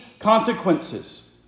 Consequences